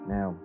Now